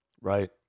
Right